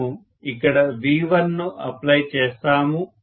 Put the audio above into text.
మనము ఇక్కడ V1 ను అప్లై చేస్తాము